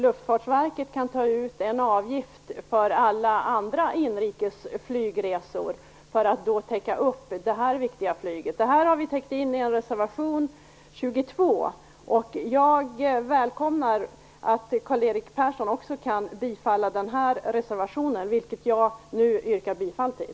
Luftfartsverket kan ta ut en avgift för alla andra inrikes flygresor för att täcka upp det här viktiga flyget. Detta har vi täckt in i reservationen 22, och jag välkomnar att Karl-Erik Persson kan bifalla den här reservationen, som jag nu yrkar bifall till.